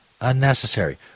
Unnecessary